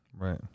right